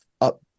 up